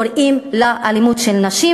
קוראים אלימות נגד נשים.